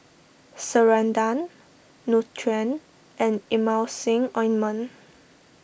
Ceradan Nutren and Emulsying Ointment